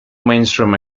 mainstream